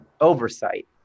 oversight